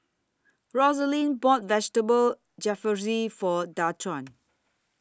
Rosalind bought Vegetable Jalfrezi For Daquan